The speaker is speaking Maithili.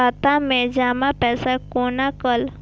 खाता मैं जमा पैसा कोना कल